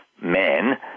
Men